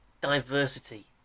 diversity